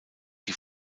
die